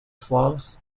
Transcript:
saint